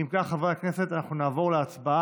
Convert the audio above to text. אם כך, חברי הכנסת, אנחנו נעבור להצבעה.